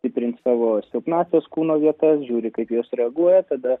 stiprint savo silpnąsias kūno vietas žiūri kaip jos reaguoja tada